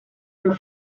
for